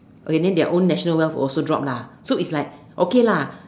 okay then their own national wealth also drop lah so it's like okay lah